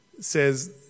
says